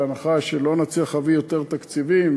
בהנחה שלא נצליח להביא יותר תקציבים,